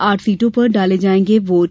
आठ सीटों पर डाले जांएगे वोट